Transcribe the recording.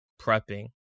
prepping